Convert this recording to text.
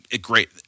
Great